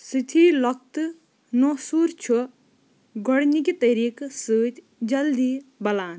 سٔطحی لۄكتہٕ نوسوٗر چھُ گۄڈنِکہِ طٔریٖقہٕ سۭتۍ جلدی بَلان